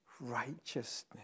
righteousness